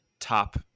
Top